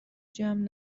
جمع